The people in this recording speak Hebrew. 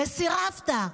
וסירבת.